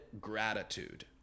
gratitude